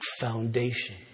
foundation